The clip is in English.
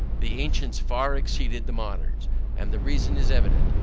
the ancients far exceeded the moderns and the reason is evident,